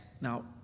now